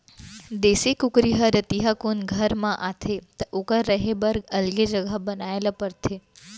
देसी कुकरी ह रतिहा कुन घर म आथे त ओकर रहें बर अलगे जघा बनाए ल परथे